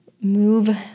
move